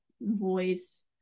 voice